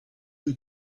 you